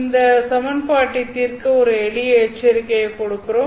இந்த சமன்பாட்டை தீர்க்க ஒரு எளிய எச்சரிக்கையை கொடுக்கிறோம்